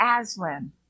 Aslan